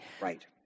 Right